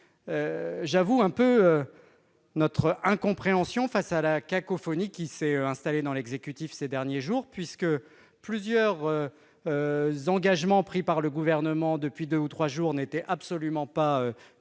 J'avoue notre incompréhension devant la cacophonie qui s'est installée dans l'exécutif ces derniers jours. Plusieurs engagements pris par le Gouvernement voilà deux ou trois jours n'étaient absolument pas